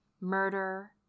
murder